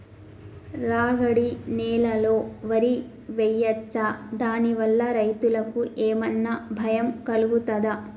రాగడి నేలలో వరి వేయచ్చా దాని వల్ల రైతులకు ఏమన్నా భయం కలుగుతదా?